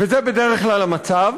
וזה בדרך כלל המצב,